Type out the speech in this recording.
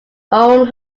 own